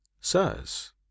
sirs